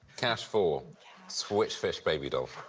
cash four switch fish baby doll.